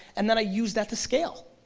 and then i use that to scale,